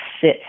sit